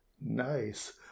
Nice